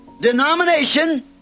denomination